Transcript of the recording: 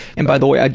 and by the way, ah